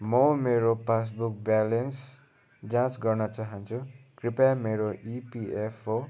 म मेरो passbook balance जाँच गर्न चाहन्छु कृपया मेरो इपिएफओ